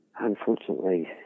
unfortunately